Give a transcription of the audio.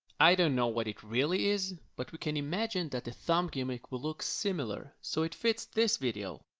i don't know what it really is, but we can imagine that the thumb gimmick will look similar, so it fits this video.